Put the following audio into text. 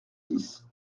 dix